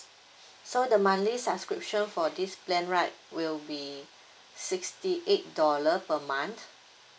so the monthly subscription for this plan right will be sixty eight dollar per month